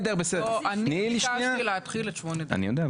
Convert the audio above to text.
אני ביקשתי להתחיל עם 8ד. אני יודע,